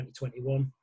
2021